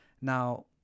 now